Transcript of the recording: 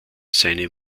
seine